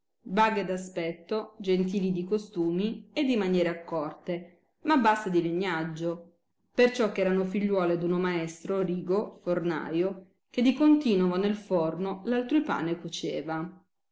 vaghe d aspetto gentili di costumi e di maniere accorte ma basse di legnaggio perciò che erano figliuole d uno maestro rigo fornaio che di continovo nel forno altrui pane coceva